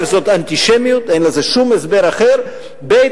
זאת אנטישמיות, אין לזה שום הסבר אחר, ב.